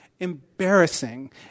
Embarrassing